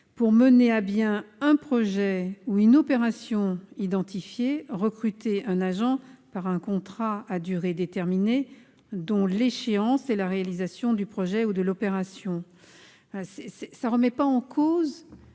pour mener à bien un projet ou une opération identifié, recruter un agent par un contrat à durée déterminée dont l'échéance est la réalisation du projet ou de l'opération ». Ce dispositif ne remet pas en cause